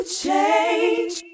change